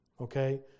okay